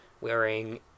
wearing